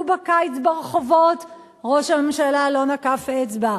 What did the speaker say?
בקיץ ברחובות ראש הממשלה לא נקף אצבע.